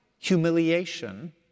humiliation